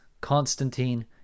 Constantine